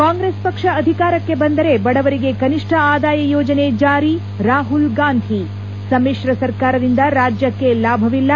ಕಾಂಗ್ರೆಸ್ ಪಕ್ಷ ಅಧಿಕಾರಕ್ಷೆ ಬಂದರೆ ಬಡವರಿಗೆ ಕನಿಷ್ಠ ಆದಾಯ ಯೋಜನೆ ಜಾರಿ ರಾಹುಲ್ಗಾಂಧಿ ಸಮಿಶ್ರ ಸರ್ಕಾರದಿಂದ ರಾಜ್ಯಕ್ಕೆ ಲಾಭವಿಲ್ಲ